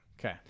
Okay